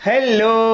Hello